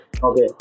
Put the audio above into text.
Okay